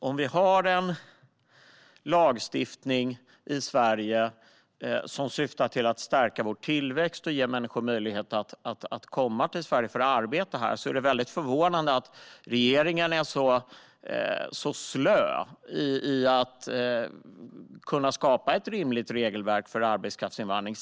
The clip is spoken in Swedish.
Om vi har en lagstiftning i Sverige som syftar till att stärka vår tillväxt och ge människor möjlighet att komma till Sverige för att arbeta är det mycket förvånande att regeringen är så slö i fråga om att skapa ett rimligt regelverk för arbetskraftsinvandring.